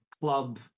club